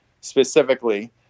specifically